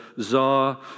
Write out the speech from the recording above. czar